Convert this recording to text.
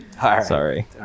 Sorry